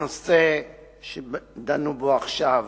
הנושא שדנו בו עכשיו